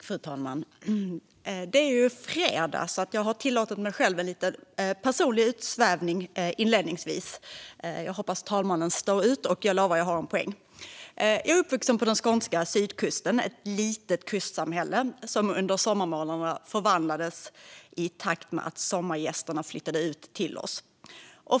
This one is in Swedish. Fru talman! Det är ju fredag, så jag tillåter mig att göra en liten personlig utsvävning inledningsvis. Jag hoppas att talmannen står ut. Jag lovar att jag har en poäng! Jag är uppvuxen på den skånska sydkusten i ett litet kustsamhälle som under sommarmånaderna förvandlades i takt med att sommargästerna flyttade ut till oss.